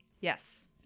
Yes